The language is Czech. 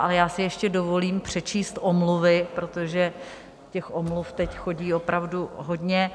Ale já si ještě dovolím přečíst omluvy, protože těch omluv teď chodí opravdu hodně.